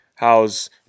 How's